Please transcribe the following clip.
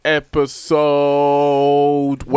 episode